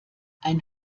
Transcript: ein